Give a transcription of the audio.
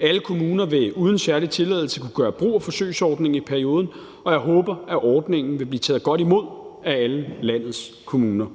Alle kommuner vil uden særlig tilladelse kunne gøre brug af forsøgsordningen i perioden, og jeg håber, at ordningen vil blive taget godt imod af alle landets kommuner.